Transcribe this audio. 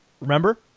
remember